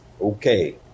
okay